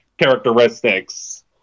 ...characteristics